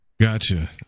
gotcha